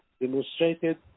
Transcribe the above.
demonstrated